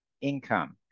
income